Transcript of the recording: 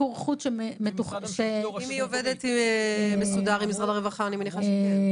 היא עובדת מסודר עם משרד הרווחה, אני מניחה שכן.